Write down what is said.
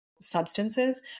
substances